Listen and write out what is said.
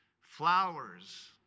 flowers